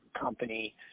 company